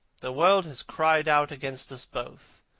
the world has cried out against us both,